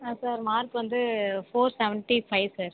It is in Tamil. ஆ சார் மார்க் வந்து ஃபோர் செவன்ட்டி ஃபைவ் சார்